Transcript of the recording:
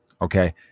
Okay